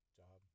job